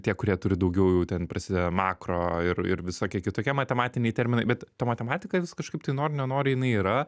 tie kurie turi daugiau jau ten prasideda makro ir ir visokie kitokie matematiniai terminai bet ta matematika vis kažkaip tai nori nenori jinai yra